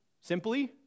Simply